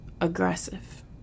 aggressive